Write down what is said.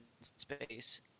space